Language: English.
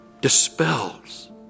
Dispels